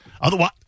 Otherwise